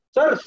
Sir